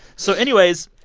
so anyways,